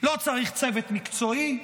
לא צריך צוות מקצועי,